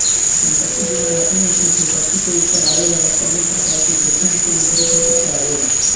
संपत्ति बीमा आदमी आपना संपत्ति के ऊपर आवे वाला कवनो प्रकार के जोखिम से उभरे खातिर करावेला